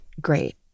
great